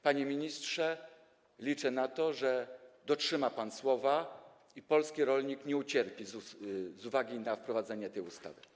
Panie ministrze, liczę na to, że dotrzyma pan słowa i polski rolnik nie ucierpi w związku z wprowadzeniem tej ustawy.